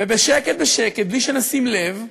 ובשקט בשקט, בלי שנשים לב,